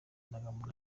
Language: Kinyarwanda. ndangamuntu